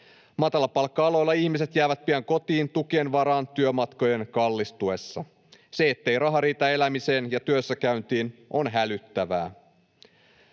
Matalapalkka-aloilla ihmiset jäävät pian kotiin tukien varaan työmatkojen kallistuessa. Se, ettei raha riitä elämiseen ja työssäkäyntiin, on hälyttävää.